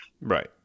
Right